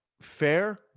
fair